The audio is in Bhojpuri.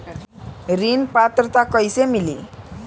ऋण पात्रता कइसे मिली?